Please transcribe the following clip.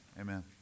amen